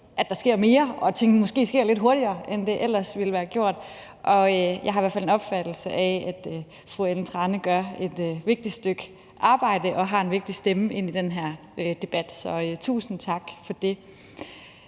så der sker mere, og så tingene måske sker lidt hurtigere, end de ellers ville være sket. Jeg har i hvert fald en opfattelse af, at fru Ellen Trane Nørby gør et vigtigt stykke arbejde og har en vigtig stemme i den her debat. Så tusind tak for det.